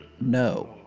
no